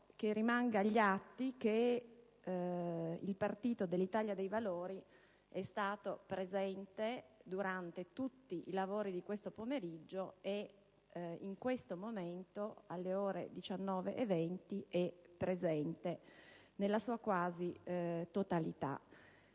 che rimanga agli atti che il Gruppo dell'Italia dei Valori è stato presente durante tutti i lavori di questo pomeriggio e in questo momento, alle ore 19,20, è presente nella sua quasi totalità.